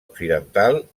occidental